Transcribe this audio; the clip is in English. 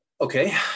Okay